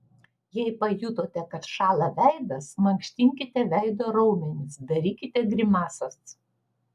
jei pajutote kad šąla veidas mankštinkite veido raumenis darykite grimasas